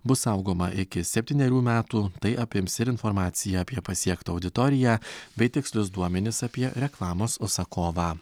bus saugoma iki septynerių metų tai apims ir informaciją apie pasiektą auditoriją bei tikslius duomenis apie reklamos užsakovą